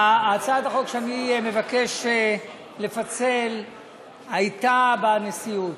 הצעת החוק שאני מבקש לפצל הייתה בנשיאות.